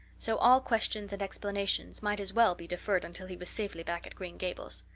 so all questions and explanations might as well be deferred until he was safely back at green gables.